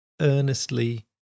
earnestly